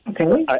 Okay